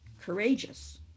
courageous